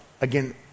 again